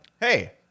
hey